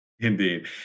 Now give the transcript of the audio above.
Indeed